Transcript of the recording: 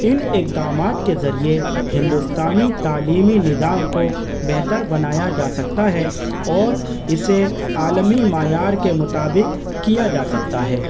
ان اقدامات کے ذریعے ہندوستانی تعلیمی نظام کو بہتر بنایا جا سکتا ہے اور اسے عالمی معیار کے مطابق کیا جا سکتا ہے